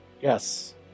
Yes